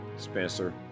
Spencer